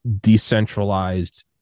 decentralized